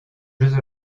jeux